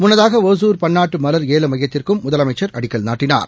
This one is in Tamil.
முன்னதாக ஒசூர் பன்னாட்டுமலர் ஏலமையத்திற்குமுதலமைச்சர் அடிக்கல் நாட்டினார்